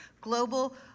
global